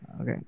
Okay